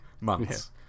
months